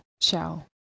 Ciao